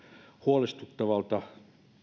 huolestuttavalta